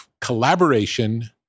Collaboration